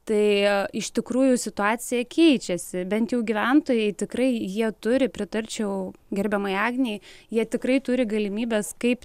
tai iš tikrųjų situacija keičiasi bent jau gyventojai tikrai jie turi pritarčiau gerbiamai agnei jie tikrai turi galimybes kaip